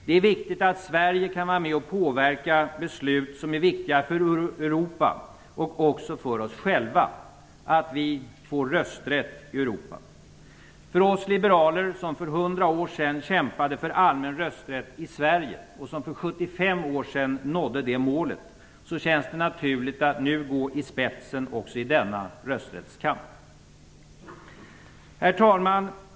Det är viktigt att Sverige kan vara med och påverka beslut som är viktiga för Europa och också för oss själva - att vi får rösträtt i Europa. För oss liberaler, som för 100 år sedan kämpade för allmän rösträtt i Sverige och som för 75 år sedan nådde det målet, känns det naturligt att nu gå i spetsen också för denna rösträttskamp. Herr talman!